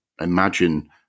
imagine